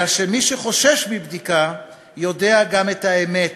אלא שמי שחושש מבדיקה יודע גם את האמת.